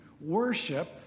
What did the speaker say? worship